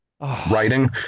writing